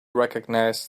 recognize